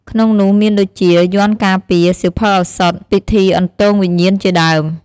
ក្នុងនោះមានដូចជា យ័ន្តការពារ សៀវភៅឱសថ ពិធីអន្ទងវិញ្ញាណជាដើម។